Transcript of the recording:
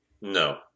No